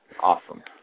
Awesome